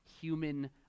human